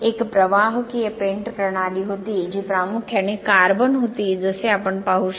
एक प्रवाहकीय पेंट प्रणाली होती जी प्रामुख्याने कार्बन होती जसे आपण पाहू शकता